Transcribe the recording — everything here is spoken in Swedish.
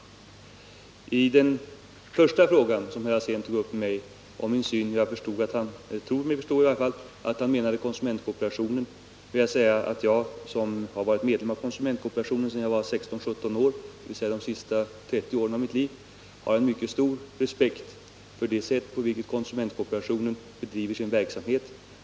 När det gäller herr Alséns första fråga till mig, nämligen om min syn på, som jag tror mig förstå att han menade, konsumentkooperationen, så vill jag säga att jag, som varit medlem av konsumentkooperationen sedan jag var 16-17 år, dvs. de senaste 30 åren av mitt liv, har mycket stor respekt för det sätt på vilket konsumentkooperationen bedriver sin verksamhet.